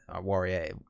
Warrior